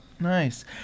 Nice